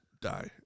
die